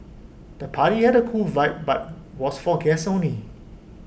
the party had A cool vibe but was for guests only